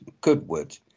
goodwood